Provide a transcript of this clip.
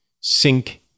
sink